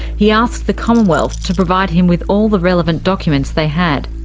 he asked the commonwealth to provide him with all the relevant documents they had.